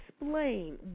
explain